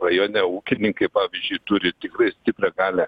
rajone ūkininkai pavyzdžiui turi tikrai tikrai stiprią galią